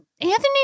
Anthony